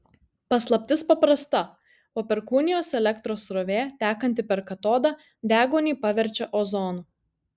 paslaptis paprasta po perkūnijos elektros srovė tekanti per katodą deguonį paverčia ozonu